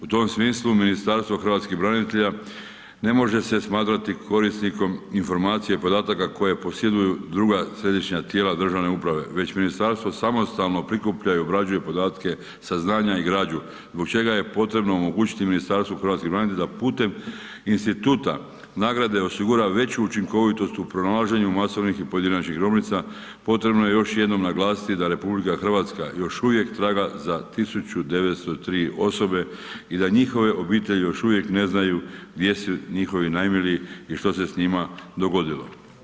U tom smislu Ministarstvo hrvatskih branitelja ne može se smatrati korisnikom informacija podataka koje posjeduju druga središnja tijela državne uprave već ministarstvo samostalno prikuplja i obrađuje podatke, saznanja i građu zbog čega je potrebno omogućiti Ministarstvo hrvatskih branitelja da putem instituta nagrade osigura veću učinkovitost u pronalaženju masovnih i pojedinačnih grobnica, potrebno je još jednom naglasiti da RH još uvijek traga za 1903 osobe i da njihove obitelji još uvijek ne znaju gdje su njihovi najmiliji i što se s njima dogodilo.